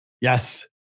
Yes